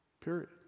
Period